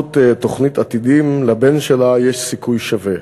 שבזכות תוכנית "עתידים" לבן שלה יש סיכוי שווה,